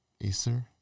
acer